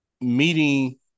meeting